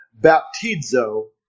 baptizo